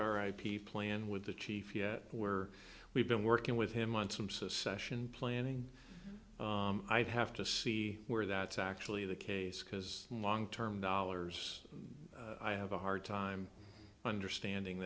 r i p plan with the chief where we've been working with him on some secession planning i've have to see where that's actually the case because long term dollars i have a hard time understanding